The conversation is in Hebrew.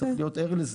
צריך להיות ער לזה.